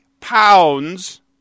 pounds